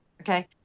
Okay